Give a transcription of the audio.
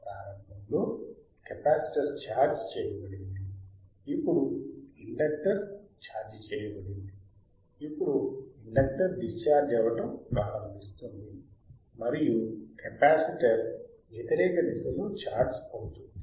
ప్రారంభంలో capacitor charge చేయబడింది ఇప్పుడు ఇండక్టర్ ఛార్జ్ చేయబడింది ఇప్పుడు ఇండక్టర్ డిశ్చార్జ్ అవ్వటం ప్రారంభిస్తుంది మరియు కెపాసిటర్ వ్యతిరేక దిశలో ఛార్జ్ అవుతుంది